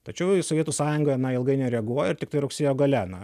tačiau sovietų sąjunga na ilgai nereaguoja ir tiktai rugsėjo gale na